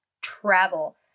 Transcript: travel